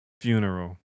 funeral